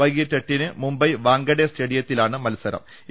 വൈകീട്ട് എട്ടിന് മുംബൈ വാങ്കഡേ സ്റ്റേഡിയത്തിലാണ് മത്സരം